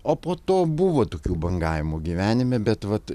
o po to buvo tokių bangavimų gyvenime bet vat